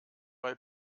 bei